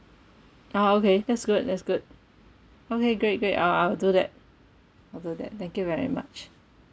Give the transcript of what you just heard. ah okay that's good that's good okay great great I'll I'll do that I'll do that thank you very much